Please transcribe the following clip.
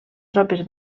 tropes